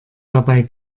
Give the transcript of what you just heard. dabei